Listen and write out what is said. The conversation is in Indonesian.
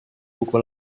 buku